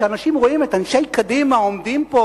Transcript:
כשאנשים רואים את אנשי קדימה עומדים פה